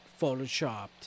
photoshopped